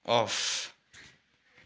of